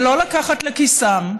ולא לקחת לכיסם,